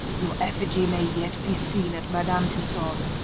your effigy may yet be seen at madame tussaud's.